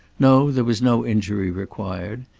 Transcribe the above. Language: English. no, there was no injury required.